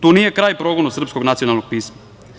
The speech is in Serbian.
Tu nije kraj progonu srpskog nacionalnog pisma.